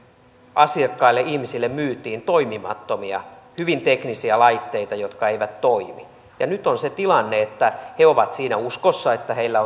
asiakkaille ihmisille myytiin toimimattomia hyvin teknisiä laitteita jotka eivät toimi nyt on se tilanne että he ovat siinä uskossa että heillä